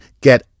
Get